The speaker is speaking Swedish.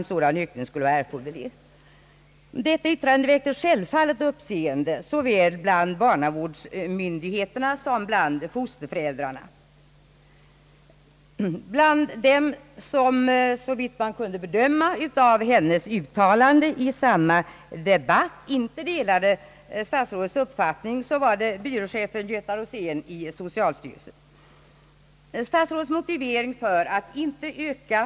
Detta yttrande väckte självfallet uppseende såväl bland barnavårdsmyndigheterna som bland fosterföräldrarna. Till dem som inte delade statsrå dets uppfattning hörde byråchefen Göta Rosén i socialstyrelsen, såvitt man kunde döma av hennes uttalande i samma debatt.